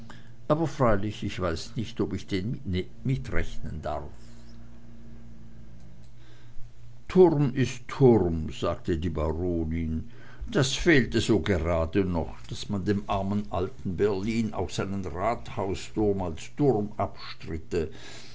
aber freilich ich weiß nicht ob ich den mitrechnen darf turm ist turm sagte die baronin das fehlte so gerade noch daß man dem armen alten berlin auch seinen rathausturm als turm abstritte